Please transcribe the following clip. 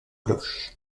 bloch